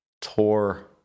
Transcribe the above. tour